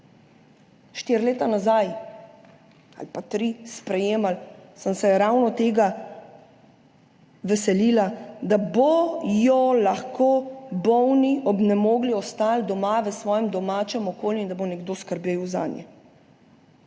tri leta nazaj sprejemali, sem se ravno tega veselila, da bodo lahko bolni, obnemogli ostali doma, v svojem domačem okolju in da bo nekdo skrbel zanje.